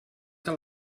que